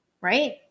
right